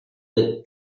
with